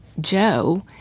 Joe